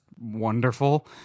wonderful